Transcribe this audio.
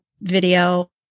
video